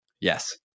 Yes